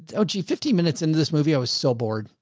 and oh, gee, fifty minutes into this movie. i was so bored.